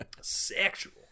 sexual